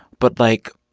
but, like,